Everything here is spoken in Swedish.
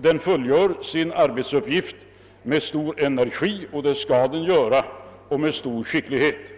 den fullgör sin arbetsuppgift med stor energi — det skall den göra — och med stor skicklighet.